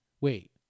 Wait